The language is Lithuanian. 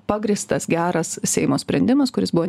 pagrįstas geras seimo sprendimas kuris buvo